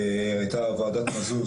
הייתה ועדת מזוז,